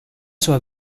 sua